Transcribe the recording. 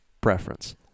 Preference